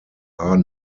are